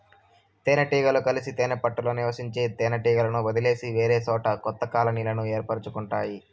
తేనె టీగలు కలిసి తేనె పెట్టలో నివసించే తేనె టీగలను వదిలేసి వేరేసోట కొత్త కాలనీలను ఏర్పరుచుకుంటాయి